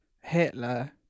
Hitler